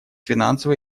финансово